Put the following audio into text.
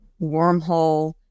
Wormhole